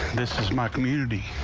this is my community.